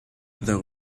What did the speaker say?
though